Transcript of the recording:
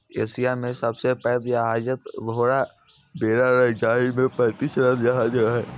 Asia मे सबसं पैघ जहाजक बेड़ा रहै, जाहि मे पैंतीस लाख जहाज रहै